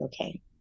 okay